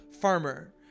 farmer